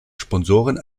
sponsoren